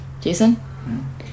Jason